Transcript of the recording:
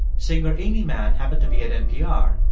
singer aimee mann happened to be at npr,